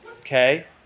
Okay